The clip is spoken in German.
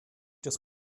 das